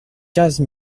quinze